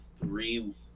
three